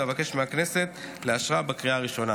ואבקש מהכנסת לאשרה בקריאה הראשונה.